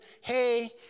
Hey